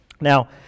Now